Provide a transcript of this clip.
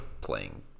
playing